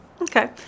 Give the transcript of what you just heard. Okay